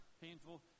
painful